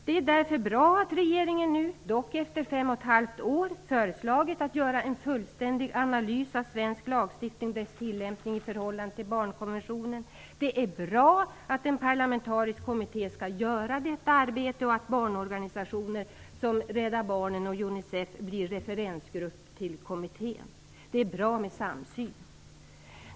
Det är därför bra att regeringen nu, dock efter 5,5 år, föreslagit en fullständig analys av svensk lagstiftning och dess tillämpning i förhållande till barnkonventionen. Det är bra att en parlamentarisk kommitté skall göra detta arbete och att barnorganisationer som Rädda Barnen och Unicef blir referensgrupp till kommittén. Det är bra med samsyn.